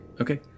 Okay